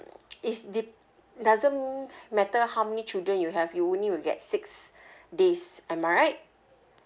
is de~ doesn't matter how many children you have you only will to get six days am I right